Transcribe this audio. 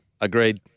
Agreed